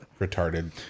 Retarded